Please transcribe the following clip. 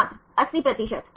छात्र 80 प्रतिशत